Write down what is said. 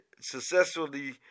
successfully